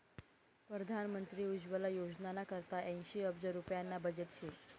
परधान मंत्री उज्वला योजनाना करता ऐंशी अब्ज रुप्याना बजेट शे